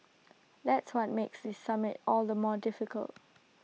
that's what makes this summit all the more difficult